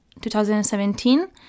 2017